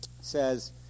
says